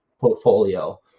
portfolio